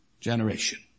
generation